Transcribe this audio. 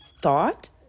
thought